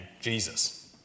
Jesus